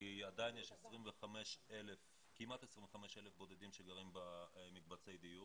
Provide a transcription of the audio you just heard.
כי עדיין יש כמעט 25,000 בודדים שגרים במקבצי דיור,